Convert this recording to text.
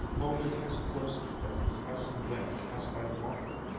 molded as closely by the compressing wind as by water.